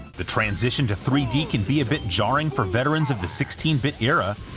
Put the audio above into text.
the transition to three d can be a bit jarring for veterans of the sixteen bit era,